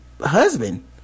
husband